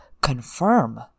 confirm